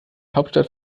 hauptstadt